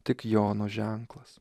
tik jono ženklas